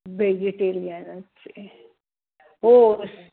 व्हेजिटेरियनच आहे हो